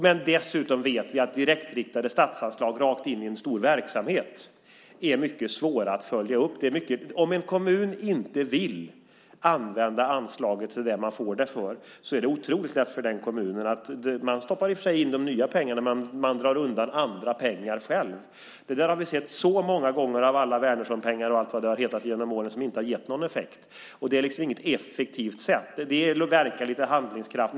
Men dessutom vet vi att direktriktade statsanslag rakt in i en stor verksamhet är mycket svåra att följa upp. Om en kommun inte vill använda anslaget till det man får det för är det otroligt lätt för den kommunen att låta bli. Man stoppar i och för sig in de nya pengarna, men man drar undan andra pengar själv. Det där har vi sett så många gånger med alla Wärnerssonpengar, och allt vad det har hetat genom åren, som inte har gett någon effekt. Det är inte ett effektivt sätt. Det verkar bara lite handlingskraftigt.